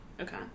Okay